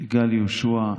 יגאל יהושע,